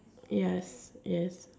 yes yes